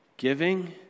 giving